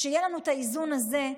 כשיהיה לנו את האיזון הזה,